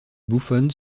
buffon